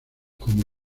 como